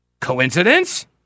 Coincidence